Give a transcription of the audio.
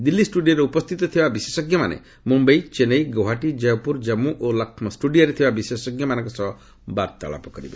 ଦିଲ୍ଲୀ ଷ୍ଟୁଡିଓରେ ଉପସ୍ଥିତ ଥିବା ବିଶେଷଜ୍ଞମାନେ ମୁମ୍ୟାଇ ଚେନ୍ନାଇ ଗୌହାଟୀ କୟପୁର ଜଜ୍ଞୁ ଓ ଲକ୍ଷ୍ନୌ ଷ୍ଟୁଡିଓରେ ଥିବା ବିଶେଷଜ୍ଞମାନଙ୍କ ସହ ବାର୍ତ୍ତାଳାପ କରିବେ